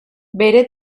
bere